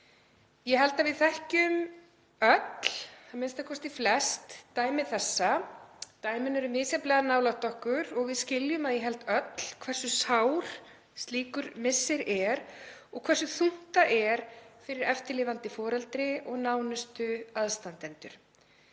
Ég held að við þekkjum öll, a.m.k. flest, dæmi þessa. Dæmin eru misjafnlega nálægt okkur og við skiljum að ég held öll hversu sár slíkur missir er og hversu þungt það er fyrir eftirlifandi foreldri og nánustu aðstandendur.